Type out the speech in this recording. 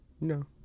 No